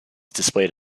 displayed